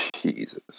Jesus